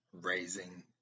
raising